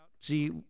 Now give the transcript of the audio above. See